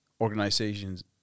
organizations